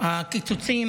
הקיצוצים